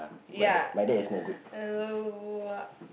ya